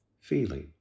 feeling